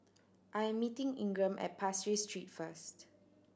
I am meeting Ingram at Pasir Ris Street first